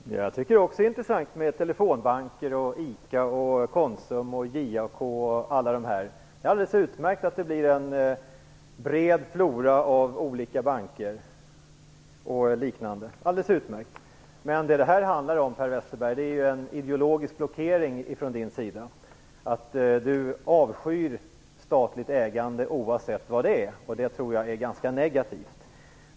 Herr talman! Jag tycker också att det är intressant med telefonbanker och ICA och Konsum och JAK. Det är utmärkt att vi får en bred flora av olika banker. Men vad det handlar om är ju en ideologisk blockering från Per Westerbergs sida. Per Westerberg avskyr statligt ägande oavsett vad det gäller. Det är ganska negativt.